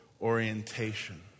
orientation